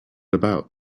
about